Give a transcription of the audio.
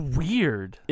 weird